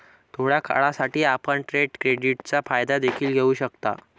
थोड्या काळासाठी, आपण ट्रेड क्रेडिटचा फायदा देखील घेऊ शकता